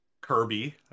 kirby